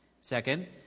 Second